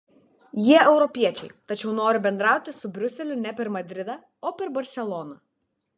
jie europiečiai tačiau nori bendrauti su briuseliu ne per madridą o per barseloną